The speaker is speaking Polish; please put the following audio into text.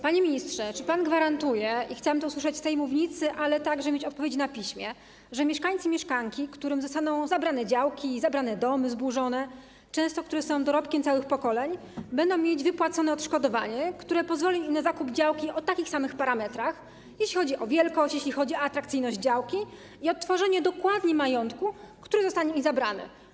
Panie ministrze, czy pan gwarantuje - chciałabym to usłyszeć z tej mównicy, ale także mieć odpowiedź na piśmie - że mieszkańcy i mieszkanki, którym zostaną zabrane działki, zabrane domy, często zburzone, które są dorobkiem całych pokoleń, będą mieć wypłacone odszkodowanie, które pozwoli im na zakup działki o takich samych parametrach, jeśli chodzi o wielkość, jeśli chodzi o atrakcyjność działki, i odtworzenie dokładnie majątku, który zostanie im zabrany?